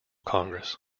congress